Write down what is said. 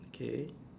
okay